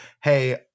hey